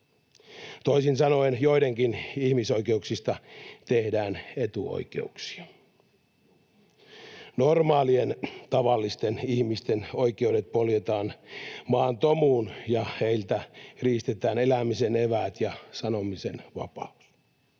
Toisin sanoen joidenkin ihmisoikeuksista tehdään etuoikeuksia. Normaalien, tavallisten ihmisten oikeudet poljetaan maan tomuun ja heiltä riistetään elämisen eväät ja sanomisen vapaus.